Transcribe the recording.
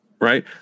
right